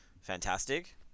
fantastic